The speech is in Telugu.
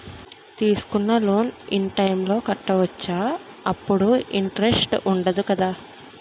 తీసుకున్న లోన్ ఇన్ టైం లో కట్టవచ్చ? అప్పుడు ఇంటరెస్ట్ వుందదు కదా?